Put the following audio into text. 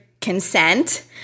consent